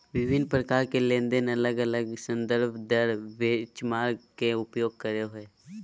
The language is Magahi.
विभिन्न प्रकार के लेनदेन अलग अलग संदर्भ दर बेंचमार्क के उपयोग करो हइ